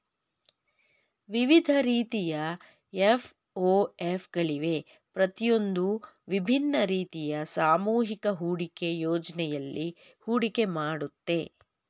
ವಿವಿಧ ರೀತಿಯ ಎಫ್.ಒ.ಎಫ್ ಗಳಿವೆ ಪ್ರತಿಯೊಂದೂ ವಿಭಿನ್ನ ರೀತಿಯ ಸಾಮೂಹಿಕ ಹೂಡಿಕೆ ಯೋಜ್ನೆಯಲ್ಲಿ ಹೂಡಿಕೆ ಮಾಡುತ್ತೆ